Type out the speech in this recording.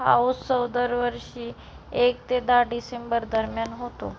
हा उस्सव दरवर्षी एक ते दहा डिसेंबर दरम्यान होतो